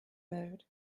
mode